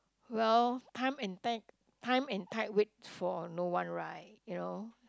well time and time and time wait for no one right you know